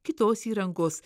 kitos įrangos